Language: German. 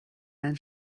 einen